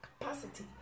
capacity